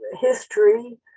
history